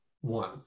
one